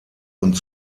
und